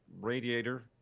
radiator